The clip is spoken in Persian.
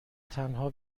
تنها